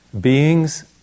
beings